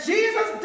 Jesus